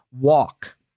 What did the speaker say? walk